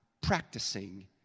practicing